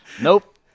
Nope